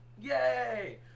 yay